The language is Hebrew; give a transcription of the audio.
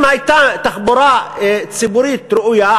אם הייתה תחבורה ציבורית ראויה,